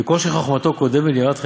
וכל שחוכמתו קודמת ליראת חטאו,